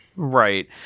Right